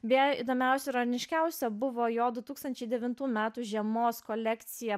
viena įdomiausių ironiškiausia buvo jo du tūkstančiai devintų metų žiemos kolekcija